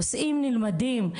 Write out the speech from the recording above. הנושאים נלמדים,